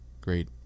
great